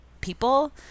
people